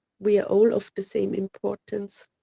we are all of the same importance.